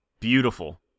Beautiful